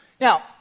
Now